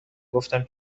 گفتم